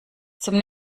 zum